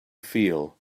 feel